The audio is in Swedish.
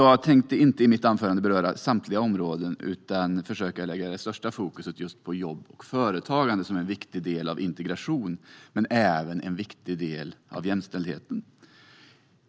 Jag tänkte inte beröra samtliga områden i mitt anförande utan ska försöka lägga störst fokus på jobb och företagande som en viktig del av integration. De är även viktiga delar för jämställdheten.